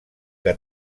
que